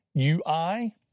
UI